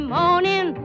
morning